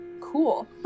cool